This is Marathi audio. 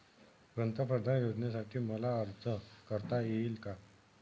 पंतप्रधान योजनेसाठी मला अर्ज करता येईल का?